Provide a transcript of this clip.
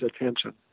attention